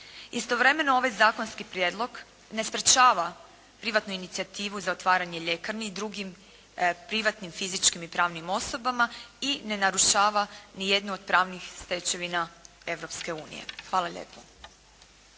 Istovremeno ovaj zakonski prijedlog ne sprječava privatnu inicijativu za otvaranje ljekarni i drugim privatnim fizičkim i pravnim osobama i ne narušava nijednu od pravnih stečevina Europske unije.